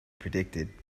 predicted